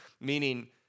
meaning